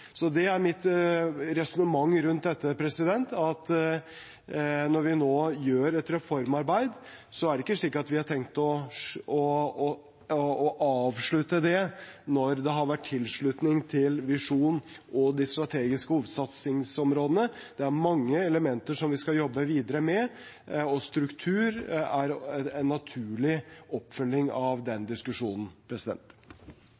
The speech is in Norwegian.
Det er mitt resonnement rundt dette at når vi nå gjør et reformarbeid, har vi ikke tenkt å avslutte det når det har vært tilslutning til visjonen og de strategiske hovedsatsingsområdene. Det er mange elementer som vi skal jobbe videre med, og struktur er en naturlig oppfølging av